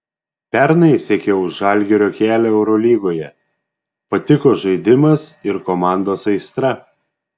pernai sekiau žalgirio kelią eurolygoje patiko žaidimas ir komandos aistra